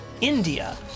India